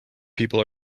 people